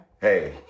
Hey